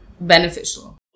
beneficial